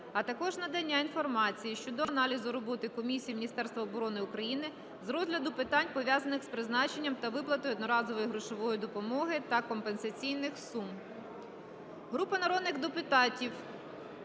а також надання інформації щодо аналізу роботи комісії Міністерства оборони України з розгляду питань, пов'язаних з призначенням та виплатою одноразової грошової допомоги та компенсаційних сум.